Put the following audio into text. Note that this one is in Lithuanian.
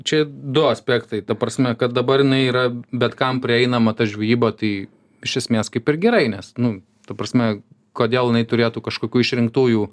čia du aspektai ta prasme kad dabar jinai yra bet kam prieinama ta žvejyba tai iš esmės kaip ir gerai nes nu ta prasme kodėl jinai turėtų kažkokių išrinktųjų